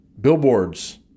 Billboards